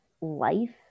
life